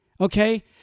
okay